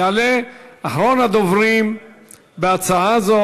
יעלה אחרון הדוברים בהצעה זו,